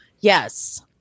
Yes